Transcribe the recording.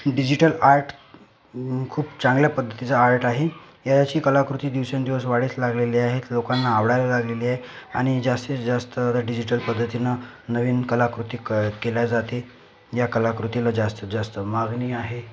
digital art खूप चांगल्या पद्धतीचं आर्ट आहे याची कलाकृती दिवसेंदिवस वाढीस लागलेली आहे लोकांना आवडायला लागलेली आहे आणि जास्तीत जास्त डिजिटल पद्धतीनं नवीन कलाकृती क केल्या जाते या कलाकृतीला जास्तीत जास्त मागणी आहे